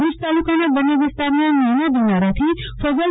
ભુજ તાલુકાના બન્ની વિસ્તારના નાના દિનારા થી ફજલા